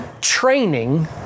Training